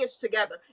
together